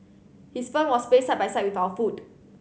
his firm was placed side by side with our food